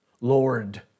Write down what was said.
Lord